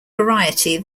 variety